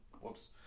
Whoops